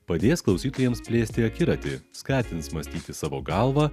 padės klausytojams plėsti akiratį skatins mąstyti savo galva